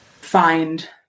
find